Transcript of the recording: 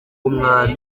w’umwami